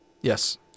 Yes